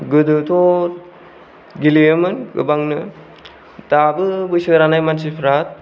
गोदोथ' गेलेयोमोन गोबांनो दाबो बैसो रानाय मानसिफ्रा